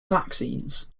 vaccines